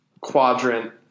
Quadrant